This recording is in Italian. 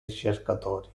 ricercatori